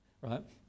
right